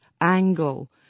Angle